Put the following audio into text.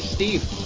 Steve